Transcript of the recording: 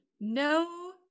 No